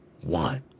one